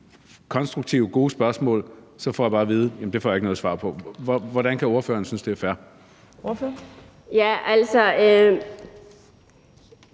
konstruktive og gode spørgsmål, bare får at vide, at det får jeg ikke noget svar på? Hvordan kan ordføreren synes, at det er fair? Kl.